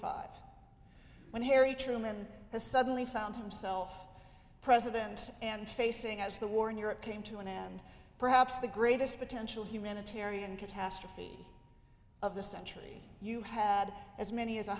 five when harry truman has suddenly found himself president and facing as the war in europe came to an end perhaps the greatest potential humanitarian catastrophe of the century you had as many as